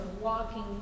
walking